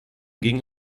ging